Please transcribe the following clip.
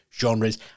genres